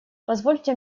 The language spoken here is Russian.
позвольте